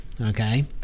okay